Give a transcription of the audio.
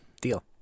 Deal